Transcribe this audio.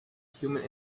human